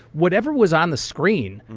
whatever was on the screen,